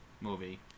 movie